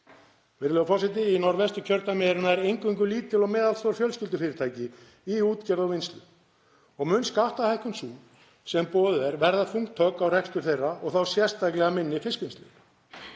25. mars sl. Í Norðvesturkjördæmi eru nær eingöngu lítil og meðalstór fjölskyldufyrirtæki í útgerð og vinnslu og mun skattahækkun sú sem boðuð er verða þungt högg á rekstur þeirra og þá sérstaklega minni fiskvinnslur.